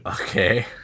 okay